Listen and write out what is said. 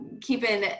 keeping